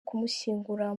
kumushyingura